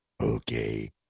Okay